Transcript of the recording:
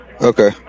Okay